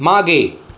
मागे